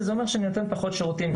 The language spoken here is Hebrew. וזה אומר שאני אתן פחות שירותים,